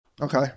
Okay